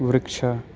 वृक्षः